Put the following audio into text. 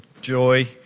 joy